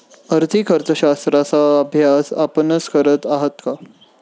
आर्थिक अर्थशास्त्राचा अभ्यास आपणच करत आहात का?